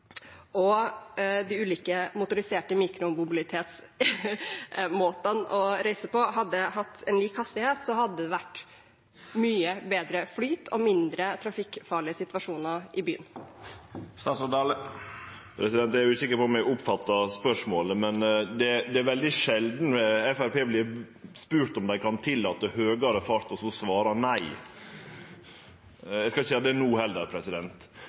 og de ulike motoriserte mikromobilitetsmåtene å reise på hadde hatt lik hastighet, hadde det vært mye bedre flyt og færre trafikkfarlige situasjoner i byen. Eg er ikkje sikker på om eg oppfatta spørsmålet, men det er veldig sjeldan Framstegspartiet vert spurt om vi kan tillate høgare fart, og så svarer nei. Eg skal ikkje gjere det